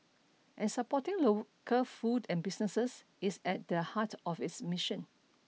and supporting local food and businesses is at the heart of its mission